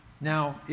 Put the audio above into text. Now